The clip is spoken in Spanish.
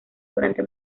durante